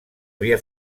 havia